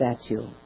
statue